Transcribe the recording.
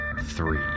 three